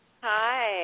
Hi